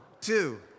two